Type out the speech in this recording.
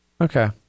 Okay